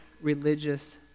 religious